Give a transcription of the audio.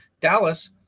Dallas